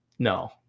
No